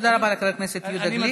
תודה רבה לחבר הכנסת יהודה גליק.